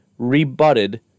rebutted